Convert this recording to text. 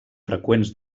freqüents